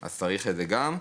אז צריך את זה גם.